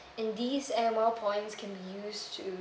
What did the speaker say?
and these air miles points can be used to